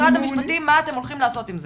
משרד המשפטים, מה אתם הולכים לעשות עם זה?